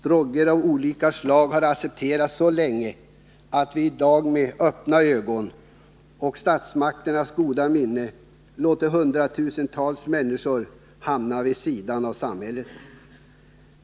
Droger av olika slag har accepterats så länge, att vi idag, men med öppna ögon och statsmaktens goda minne låtit hundratusentals människor hamna vid sidan av samhället.